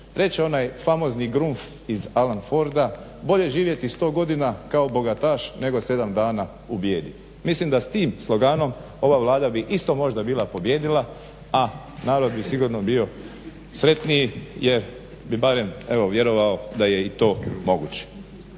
reče onaj famozni Grunf iz Alan Forda bolje živjeti i 100 godina kao bogataš nego 7 dana u bijedi. Mislim da s tim sloganom ova Vlada bi isto možda bila pobijedila, a narod bi sigurno bio sretniji jer bi barem evo vjerovao da je i to moguće.